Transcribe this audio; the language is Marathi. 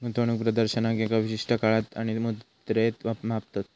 गुंतवणूक प्रदर्शनाक एका विशिष्ट काळात आणि मुद्रेत मापतत